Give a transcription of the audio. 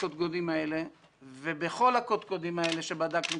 הקודקודים האלה ובכל הקודקודים האלה שבדקנו,